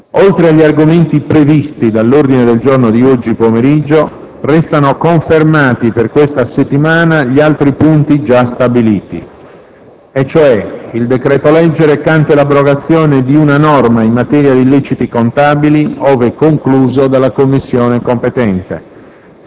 Oltre agli argomenti previsti dall'ordine del giorno di oggi pomeriggio, restano confermati per questa settimana gli altri punti già stabiliti: il decreto‑legge recante abrogazione di una norma in materia di illeciti contabili, fin da domani mattina,